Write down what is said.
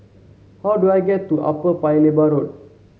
how do I get to Upper Paya Lebar Road